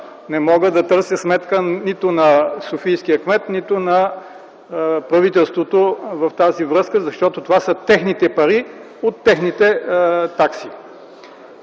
не мога да търся сметка нито на софийския кмет, нито на правителството в тази връзка, защото това са техните пари – от техните такси.